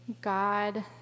God